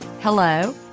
hello